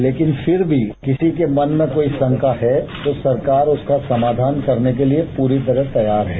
लेकिन फिर भी किसी के मन में कोई शंका है तो सरकार उसका समाधान करने के लिए पूरी तरह तैयार है